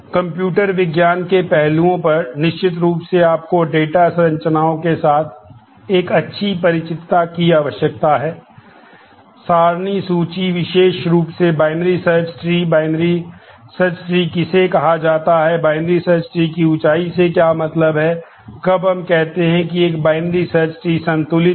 computer विज्ञान के पहलुओं पर निश्चित रूप से आपको डेटा संतुलित है